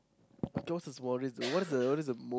what is this though what is the what is the most